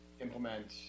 implement